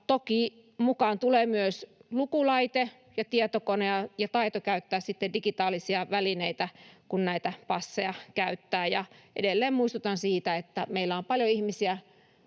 Toki mukaan tulevat myös lukulaite ja tietokone ja taito käyttää digitaalisia välineitä, kun näitä passeja käyttää. Edelleen muistutan siitä, että meillä on paljon ihmisiä